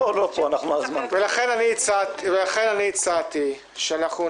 לא, הצעת שלוש.